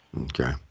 Okay